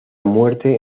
muerte